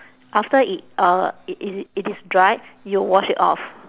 after it uh it is it is dried you wash it off